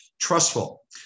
Trustful